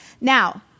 Now